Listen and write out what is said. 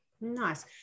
Nice